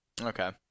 Okay